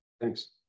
Thanks